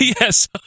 yes